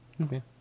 Okay